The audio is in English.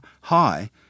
high